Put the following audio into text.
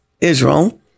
Israel